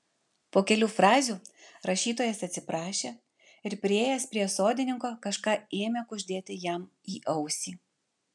po kelių frazių rašytojas atsiprašė ir priėjęs prie sodininko kažką ėmė kuždėti jam į ausį